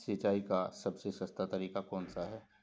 सिंचाई का सबसे सस्ता तरीका कौन सा है?